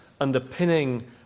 underpinning